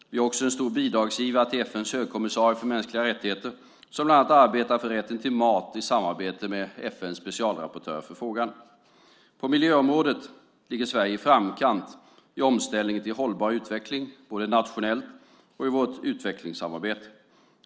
Vi är också en stor bidragsgivare till FN:s högkommissarie för mänskliga rättigheter som bland annat arbetar för rätten till mat i samarbete med FN:s specialrapportör för frågan. På miljöområdet ligger Sverige i framkant i omställningen till hållbar utveckling, både nationellt och i vårt utvecklingssamarbete.